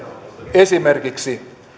esimerkiksi